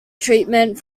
treatment